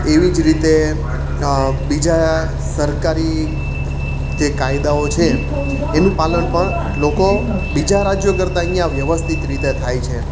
એવી જ રીતે બીજા સરકારી જે કાયદાઓ છે એનું પાલન પણ લોકો બીજા રાજ્યો કરતાં અહીંયા વ્યવસ્થિત રીતે થાય છે